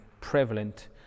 prevalent